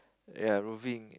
ya roving